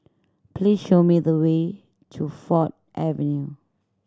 please show me the way to Ford Avenue